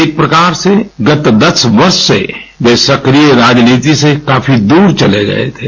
एक प्रकार से गत दस वर्ष से वे सक्रिय राजनीति से काफी दूर चले गये थे